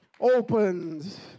opens